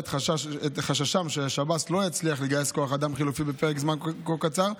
את חששם ששב"ס לא יצליח לגייס כוח אדם חלופי בפרק זמן כה קצר,